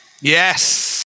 Yes